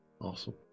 Awesome